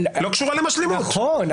נכון.